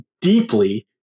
deeply